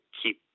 keep